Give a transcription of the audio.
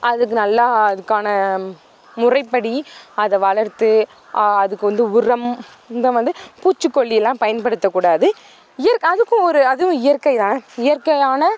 அதுக்கு நல்லா அதுக்கான முறைப்படி அதை வளர்த்து அதுக்கு வந்து உரம் இந்த வந்து பூச்சிக்கொல்லிலாம் பயன்படுத்தக்கூடாது இயற்கை அதுக்கும் ஒரு அதுவும் இயற்கைதான இயற்கையான